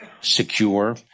secure